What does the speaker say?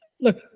look